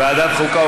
ועדת חוקה.